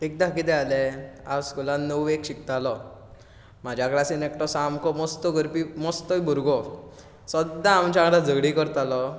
एकदां कितें आलें हांव स्कुलान णव्वेक शिकतालो म्हाज्या क्लासीन एकटो सामको मोसतो करपी मस्तो भुरगो सद्दां आमच्या वांगडा झगडीं करतालो